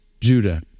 Judah